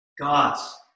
God's